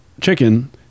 chicken